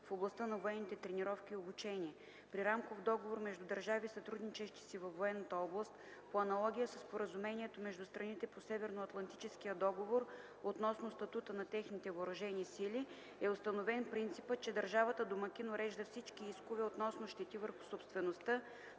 в областта на военните тренировки и обучение. При рамков договор между държави, сътрудничещи си във военната област, по аналогия със Споразумението между страните по Северноатлантическия договор относно статута на техните въоръжени сили е установен принципът, че държавата домакин урежда всички искове относно щети върху собствеността,